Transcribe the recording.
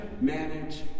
manage